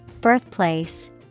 Birthplace